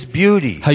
beauty